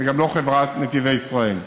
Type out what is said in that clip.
וגם לא חברת נתיבי ישראל.